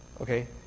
Okay